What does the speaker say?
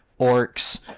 orcs